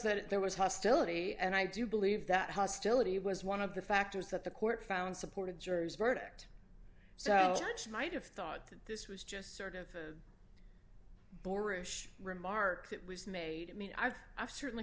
that there was hostility and i do believe that hostility was one of the factors that the court found supported jurors verdict so much might have thought that this was just sort of borish remark that was made i mean i've i've certainly